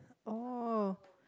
oh